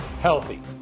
healthy